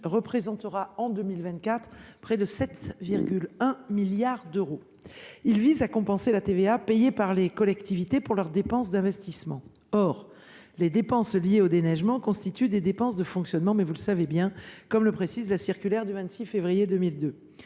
représentera en 2024 plus de 7,1 milliards d’euros. Il vise à compenser la TVA payée par les collectivités pour leurs dépenses d’investissement. Or, vous le savez bien, les dépenses liées au déneigement constituent des dépenses de fonctionnement, comme le précise la circulaire du 26 février 2002.